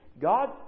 God